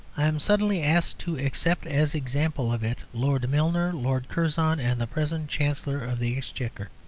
i am suddenly asked to accept as example of it, lord milner, lord curzon, and the present chancellor of the exchequer.